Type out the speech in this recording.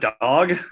dog